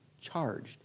charged